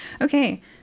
okay